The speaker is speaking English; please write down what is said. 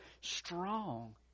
strong